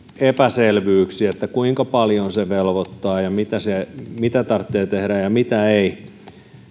epäselvyyksiä kuinka paljon se velvoittaa ja mitä tarvitsee tehdä ja mitä ei